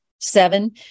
Seven